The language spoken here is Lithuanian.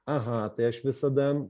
aha tai aš visada